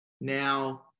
Now